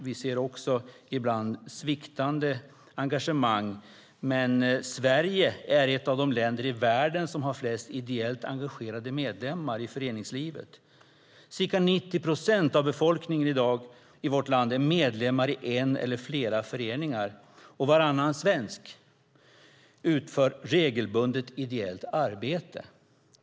Vi ser ibland sviktande engagemang. Men Sverige är ett av de länder i världen som har flest ideellt engagerade medlemmar i föreningslivet. Ca 90 procent av befolkningen i vårt land är i dag medlemmar i en eller flera föreningar, och varannan svensk utför regelbundet ideellt arbete.